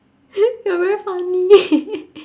you're very funny